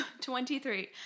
23